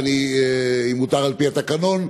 אבל אם מותר על-פי התקנון,